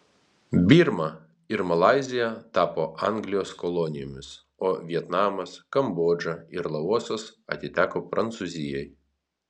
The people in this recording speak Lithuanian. birma ir malaizija tapo anglijos kolonijomis o vietnamas kambodža ir laosas atiteko prancūzijai